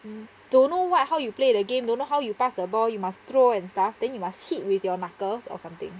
don't know what how you play the game don't know how you pass the ball you must throw and stuff then you must hit with your knuckles or something